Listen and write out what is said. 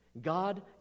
God